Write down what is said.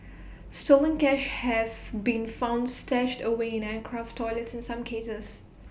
stolen cash have been found stashed away in aircraft toilets in some cases